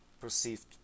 perceived